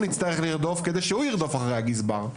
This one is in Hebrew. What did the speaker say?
שנצטרך לרדוף אחריו כדי שהוא ירדוף אחרי הגזבר.